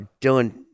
Dylan